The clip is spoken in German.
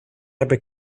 habe